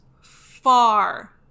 far